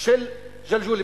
של ג'לג'וליה.